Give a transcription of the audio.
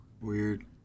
Weird